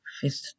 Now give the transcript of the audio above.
fifth